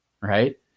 Right